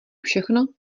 všechno